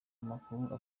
amakuru